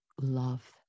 love